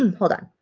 um hold on.